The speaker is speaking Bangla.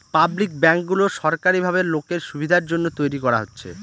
পাবলিক ব্যাঙ্কগুলো সরকারি ভাবে লোকের সুবিধার জন্য তৈরী করা হচ্ছে